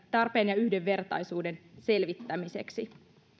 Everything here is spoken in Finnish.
tarpeen ja yhdenvertaisuuden selvittämiseksi